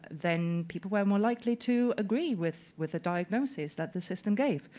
then people were more likely to agree with with a diagnosis that the system gave.